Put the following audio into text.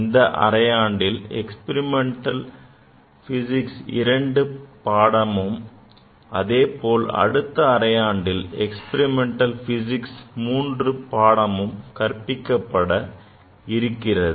இந்த அரையாண்டில் Experimental Physics II பாடமும் அதேபோல் அடுத்த அரையாண்டில் Experimental Physics IIIம் கற்பிக்கப்பட இருக்கிறது